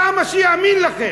למה שיאמין לכם?